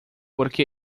porque